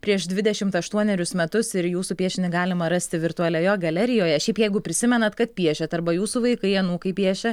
prieš dvidešimt aštuonerius metus ir jūsų piešinį galima rasti virtualiojo galerijoje šiaip jeigu prisimenat kad piešėt arba jūsų vaikai anūkai piešė